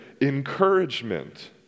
encouragement